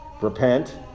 Repent